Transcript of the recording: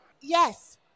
yes